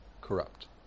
corrupt